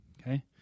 okay